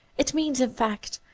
it means, in fact,